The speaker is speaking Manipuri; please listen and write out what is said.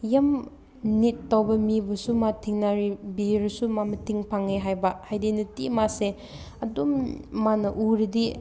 ꯌꯥꯝ ꯅꯤꯠ ꯇꯧꯕ ꯃꯤꯕꯨꯁꯨ ꯃꯥ ꯊꯦꯡꯅꯔꯕꯤꯔꯁꯨ ꯃꯥ ꯃꯇꯦꯡ ꯄꯥꯡꯉꯦ ꯍꯥꯏꯕ ꯍꯥꯏꯗꯤ ꯅꯨꯡꯇꯤ ꯃꯥꯁꯦ ꯑꯗꯨꯝ ꯃꯥꯅ ꯎꯔꯗꯤ